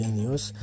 news